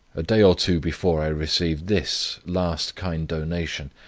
a day or two before i received this last kind donation,